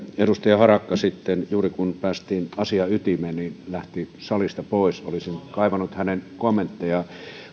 edustaja harakka sitten juuri kun päästiin asian ytimeen lähti salista pois olisin kaivannut hänen kommenttejaan